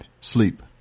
sleep